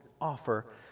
offer